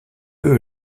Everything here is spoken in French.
peu